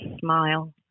smile